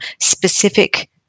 specific